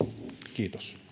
kiitos